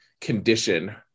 condition